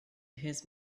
his